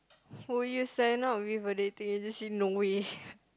would you sign up with a dating agency no way